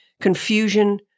confusion